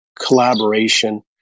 collaboration